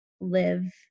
live